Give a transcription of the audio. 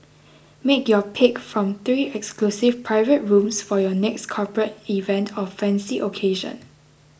make your pick from three exclusive private rooms for your next corporate event or fancy occasion